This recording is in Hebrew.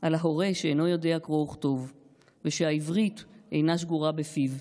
על ההורה שאינו יודע קרוא וכתוב ושהעברית אינה שגורה בפיו.